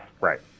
right